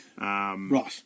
Right